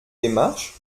démarche